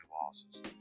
losses